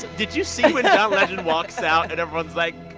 did you see when john legend walks out, and everyone's like,